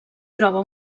troba